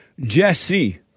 Jesse